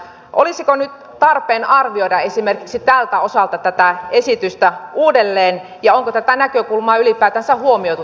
olisiko nyt tarpeen arvioida esimerkiksi tältä osalta tätä esitystä uudelleen ja onko tätä näkökulmaa ylipäätänsä huomioitu tässä esityksessä